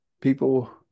people